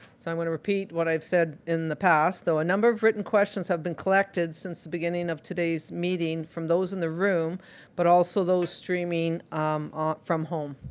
so i'm going to repeat what i've said in the past, though. a number of written questions have been collected since the beginning of today's meeting from those in the room but also those streaming um um from home.